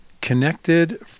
connected